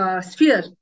Sphere